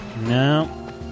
No